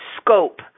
scope